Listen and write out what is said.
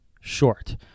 short